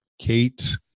Kate